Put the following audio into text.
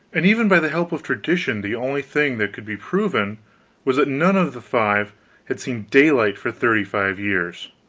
and even by the help of tradition the only thing that could be proven was that none of the five had seen daylight for thirty-five years